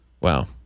Wow